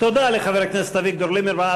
תודה לחבר הכנסת אביגדור ליברמן.